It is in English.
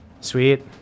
Sweet